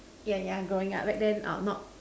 yeah yeah growing up back then not